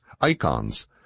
icons